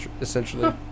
essentially